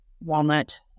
walnut